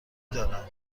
دارم